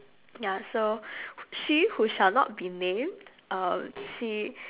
ya so she who shall not be named um she